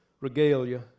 regalia